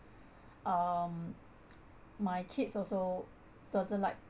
um my kids also doesn't like